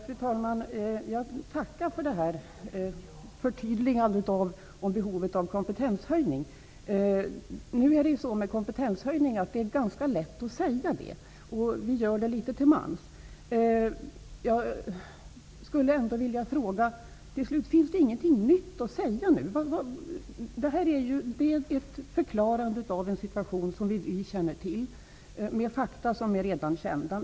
Fru talman! Jag tackar för ministerns förtydligande när det gäller behovet av en kompetenshöjning. Det är ganska lätt att säga det, och så gör vi litet till mans. Jag skulle ändå slutligen vilja fråga: Finns det inget nytt att säga nu? Det blir ju bara ett förklarande av en situation som vi redan känner till. Det ges bara fakta som redan är kända.